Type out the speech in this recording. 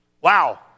Wow